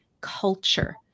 culture